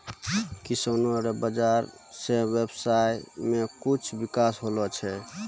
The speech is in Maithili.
किसानो रो बाजार से व्यबसाय मे भी बिकास होलो छै